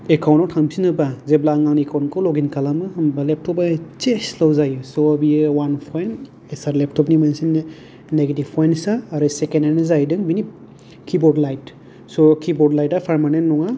account आव थांफिनोबा जेब्ला आं आंनि एकाउन्ट खौ लगिन खालामो होमबा लेपतप इसे स्ल' जायो स' बियो वान पयन्त एसार लेपतप नि मोनसे निगेतिभ्स पयन्त्स आरो सेकेन्द आनो जाहैदों बेनि किबर्ड लाइट स किबर्ड लाइट आ पार्मानेन्त नङा